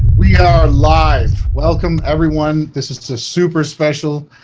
we are live welcome everyone this is a super special